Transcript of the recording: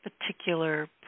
particular